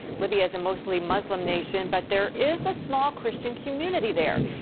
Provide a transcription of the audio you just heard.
libya is a mostly muslim nation but there is a small christian community there.